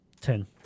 Ten